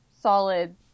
solid